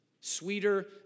sweeter